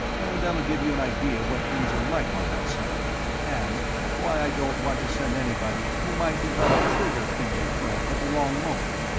and that'll give you an idea of what things are like on that sector, and why i don't want to send anybody who might develop trigger-finger cramp at the wrong moment.